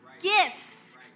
gifts